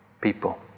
people